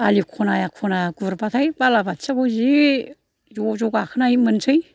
आलि ख'ना ख'ना गुरबाथाय बाला बाथियाखौ जि ज' ज' गाखोनाय मोनसै